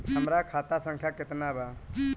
हमरा खाता संख्या केतना बा?